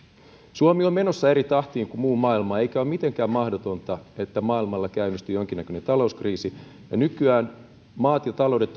suomi on menossa eri tahtiin kuin muu maailma eikä ole mitenkään mahdotonta että maailmalla käynnistyy jonkinnäköinen talouskriisi nykyään maat ja taloudet